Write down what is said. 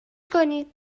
کنید